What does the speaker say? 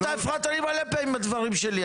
אתה הפרעת לי הרבה פעמים בדברים שלי,